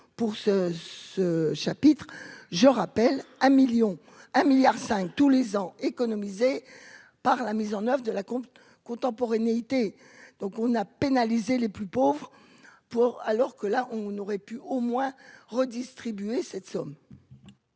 pour ce ce chapitre, je rappelle à 1000000 un milliard cinq tous les ans, économiser par la mise en oeuvre de la compte contemporanéité, donc on a pénalisé les plus pauvres pour alors que là, on aurait pu au moins redistribuer cette somme.